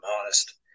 honest